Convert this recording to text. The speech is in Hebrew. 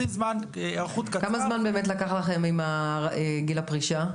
כמה זמן לקח לכם עם גיל הפרישה?